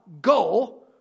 go